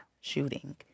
shooting